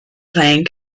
playing